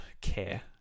care